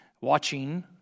watching